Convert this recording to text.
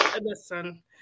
Listen